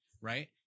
right